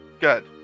good